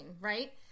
right